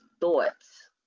thoughts